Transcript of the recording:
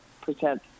percent